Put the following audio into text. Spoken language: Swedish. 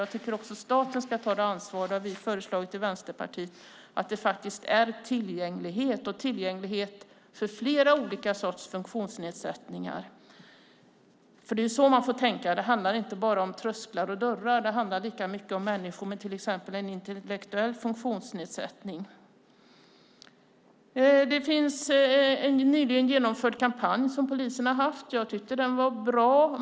Jag tycker också, som vi i Vänsterpartiet har föreslagit, att staten ska ta ett ansvar för tillgänglighet vid flera olika sorters funktionsnedsättningar. Det är så man får tänka. Det handlar inte bara om trösklar och dörrar. Det handlar lika mycket om människor med till exempel en intellektuell funktionsnedsättning. Det finns en nyligen genomförd kampanj som polisen har haft. Jag tyckte att den var bra.